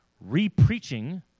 re-preaching